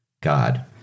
God